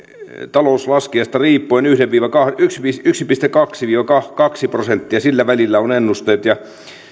talouslaskijasta riippuen yksi pilkku kaksi viiva kaksi prosenttia sillä välillä ovat ennusteet